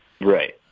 Right